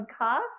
podcast